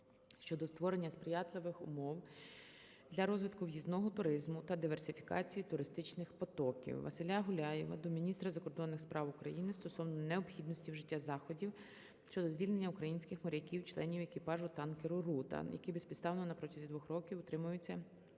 щодо створення сприятливих умов для розвитку в'їзного туризму та диверсифікації туристичних потоків. Василя Гуляєва до міністра закордонних справ України стосовно необхідності вжиття заходів щодо звільнення українських моряків - членів екіпажу танкеру "Рута", які безпідставно на протязі двох років утримуються